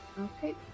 Okay